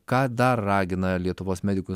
ką dar ragina lietuvos medikų